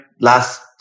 last